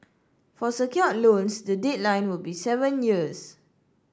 for secured loans the deadline will be seven years